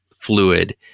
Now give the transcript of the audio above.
fluid